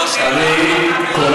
לראות רק סיפור קטן, דוגמה